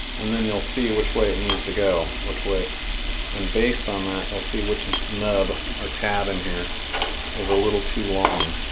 and then you'll see which way it needs to go. which way and based on that we'll see which and nub or tab in here is a little too long